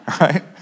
right